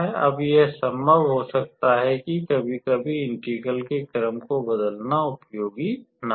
अब यह संभव हो सकता है कि कभी कभी इंटीग्रल के क्रम को बदलना उपयोगी न हो